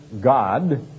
God